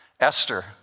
Esther